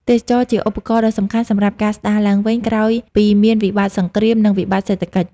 ទេសចរណ៍ជាឧបករណ៍ដ៏សំខាន់សម្រាប់ការស្ដារឡើងវិញ ក្រោយពីមានវិបត្តិសង្គ្រាម និងវិបត្តិសេដ្ឋកិច្ច។